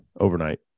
Overnight